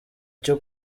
cyo